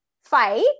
fight